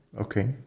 okay